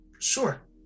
Sure